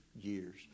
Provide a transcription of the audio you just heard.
years